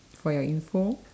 for your info